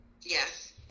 Yes